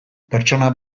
pertsona